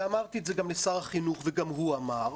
ואמרתי את זה גם לשר החינוך וגם הוא אמר,